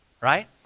right